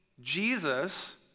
Jesus